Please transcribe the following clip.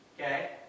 okay